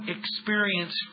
experience